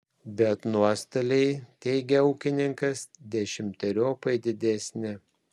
bet nuostoliai teigia ūkininkas dešimteriopai didesni